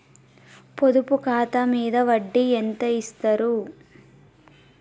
పొదుపు ఖాతా మీద వడ్డీ ఎంతిస్తరు?